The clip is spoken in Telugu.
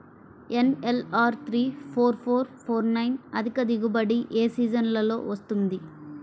NLR three four four four nine అధిక దిగుబడి ఏ సీజన్లలో వస్తుంది?